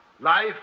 Life